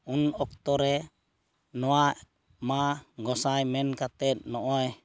ᱩᱱ ᱚᱠᱛᱚᱨᱮ ᱱᱚᱣᱟ ᱢᱟ ᱜᱚᱸᱥᱟᱭ ᱢᱮᱱ ᱠᱟᱛᱮᱫ ᱱᱚᱜᱼᱚᱭ